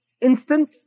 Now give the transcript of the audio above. instant